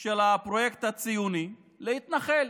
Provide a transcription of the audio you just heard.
של הפרויקט הציוני, להתנחל.